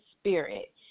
spirit